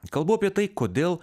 kalbu apie tai kodėl